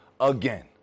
Again